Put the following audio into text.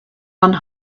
one